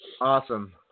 Awesome